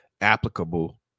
applicable